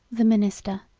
the minister,